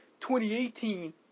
2018